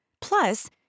Plus